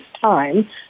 time